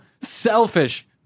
selfish